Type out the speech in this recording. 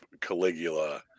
Caligula